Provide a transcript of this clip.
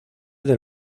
del